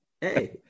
hey